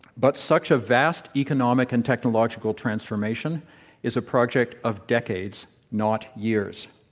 but such a vast economic and technological transformation is a project of decades, not years.